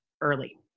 early